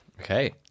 Okay